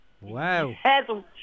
wow